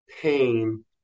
pain